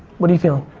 what are you feeling?